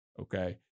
okay